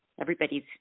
Everybody's